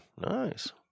Nice